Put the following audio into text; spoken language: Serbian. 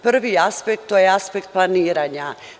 Prvi aspekt, to je aspekt planiranja.